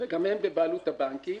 שגם הן בבעלות הבנקים.